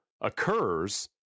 occurs